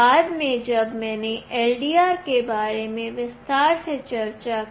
बाद में जब मैंने LDR के बारे में विस्तार से चर्चा की